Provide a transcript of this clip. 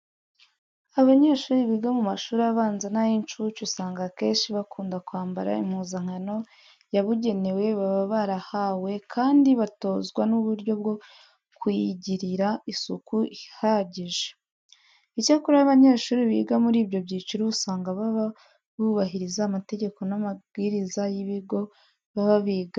Abanyeshuri biga mu mashuri abanza n'ay'incuke usanga akenshi bakunda kwambara impuzankano yabugenewe baba barahawe, kandi batozwa n'uburyo bwo kuyigirira isuku ihagije. Icyakora abanyeshuri biga muri ibi byiciro, usanga baba bubahiriza amategeko n'amabwiriza y'ibigo baba bigaho.